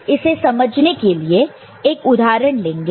तो इसे समझने के लिए हम एक उदाहरण लेंगे